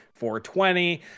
420